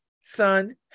son